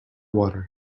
water